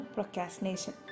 Procrastination